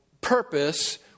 purpose